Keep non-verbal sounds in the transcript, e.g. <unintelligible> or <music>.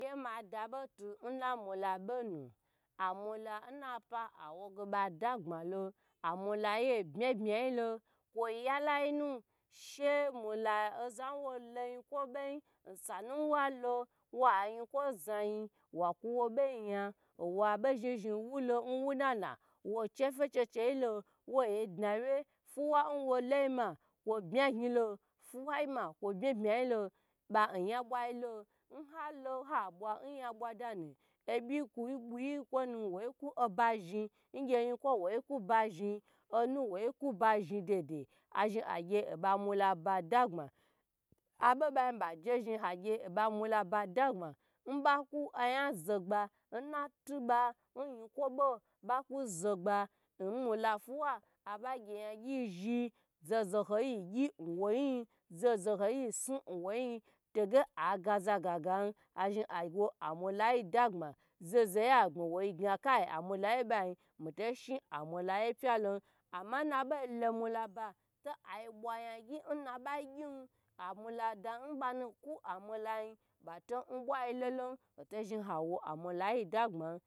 Mi ye muda botu n na mula bonu amula nnapa awoge bagbmalo mula ye bmi bmi yelo <unintelligible> she mula oza wolo yi kwo boyi sanu walo wa yin kwo za yi owa <unintelligible> bo zhni zhn wu lo wu nana wo chefe che che yilo woh dna wye fiwa yi wo login ma kwo bma gnilo fiwayima kwo bma bma yilo kwo yan bwa yilo nhal habwa n yabwa da mu obyi bu gyi wo ku oba zhi, onu wo ku ba zhi yinkwo bugyi wo ku ba zhi a azhi a gye oba mulaba dagbma abo ba zhi aje gye agyer oba mula bagbagbona mbaku ayan zo gba nnatuba nyinkwo ba ku zo gba namula fuwa aba gye yagyi zhi zo zo yi gyi nwoyin yi zo zo yi si nwo yin yi tege agaza gagato azhi agye amula yi dagbma zaho zaho yi wa gba wo dage amula ye pya bayo n mito shi amula ye pya lon. Am n nabo lo mula ba to ayi bwa yangy n nabagyin amula da nbanu ku amula danbana ku amula yin bato bwa lo ata zhi agye amula yi dagbana